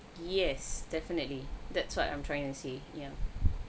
yes definitely that's what I'm trying to say ya